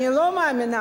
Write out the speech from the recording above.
אנחנו לא מאמינים בביבי.